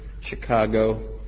Chicago